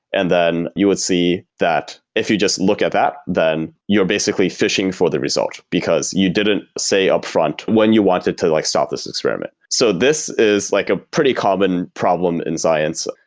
and then you would see that if you just look at that, then then you're basically fishing for the result, because you didn't say upfront when you wanted to like stop this experiment. so this is like a pretty common problem in science.